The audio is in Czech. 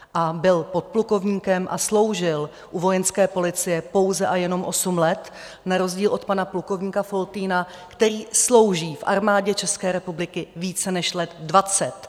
A byl podplukovníkem a sloužil u Vojenské policie pouze a jenom osm let na rozdíl od pana plukovníka Foltýna, který slouží v Armádě České republiky více než let dvacet.